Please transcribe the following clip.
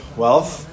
wealth